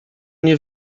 nie